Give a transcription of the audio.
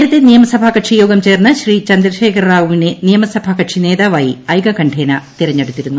നേരത്തെ നിയമസഭാ കക്ഷി യോഗം ചേർന്ന് ശ്രീ പ്രന്ദ്രശേഖര റാവുവിനെ നിയമസഭാ കക്ഷി നേതാവായി ഐകകണ്ഠേന തിരഞ്ഞെടുത്തിരുന്നു